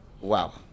wow